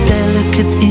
delicate